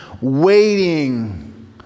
waiting